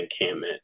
encampment